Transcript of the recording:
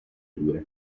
dure